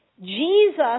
Jesus